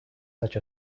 such